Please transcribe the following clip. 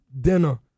dinner